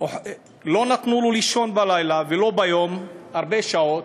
לא נתנו לו לישון בלילה, ולא ביום, הרבה שעות,